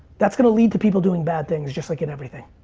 that's gonna lead to people doing bad things just like in everything.